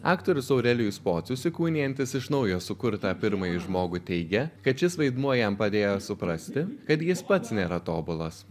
aktorius aurelijus pocius įkūnijantis iš naujo sukurtą pirmąjį žmogų teigia kad šis vaidmuo jam padėjo suprasti kad jis pats nėra tobulas